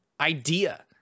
idea